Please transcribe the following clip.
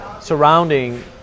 surrounding